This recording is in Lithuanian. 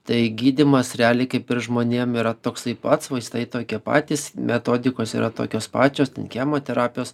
tai gydymas realiai kaip ir žmonėm yra toksai pats vaistai tokie patys metodikos yra tokios pačios ten chemoterapijos